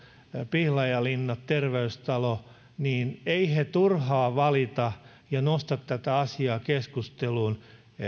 pihlajalinna terveystalo turhaan valita ja nosta tätä asiaa keskusteluun